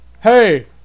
hey